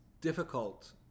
difficult